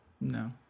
No